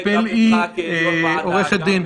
מבקש מעורכת דין